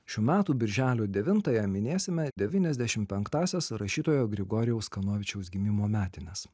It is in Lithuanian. šių metų birželio devintąją minėsime devyniasdešim penktąsias rašytojo grigorijaus kanovičiaus gimimo metines